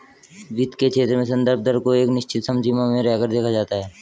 वित्त के क्षेत्र में संदर्भ दर को एक निश्चित समसीमा में रहकर देखा जाता है